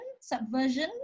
subversion